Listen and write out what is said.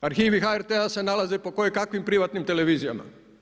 Arhivi HRT-a se nalaze po koje kakvim privatnim televizijama.